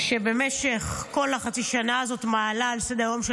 שבמשך כל חצי השנה הזו מעלה על סדר-היום של